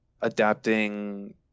adapting